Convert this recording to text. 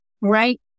right